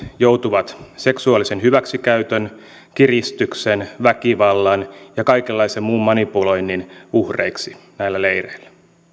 joutuvat seksuaalisen hyväksikäytön kiristyksen väkivallan ja kaikenlaisen muun manipuloinnin uhreiksi näillä leireillä